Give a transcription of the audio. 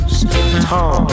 Tom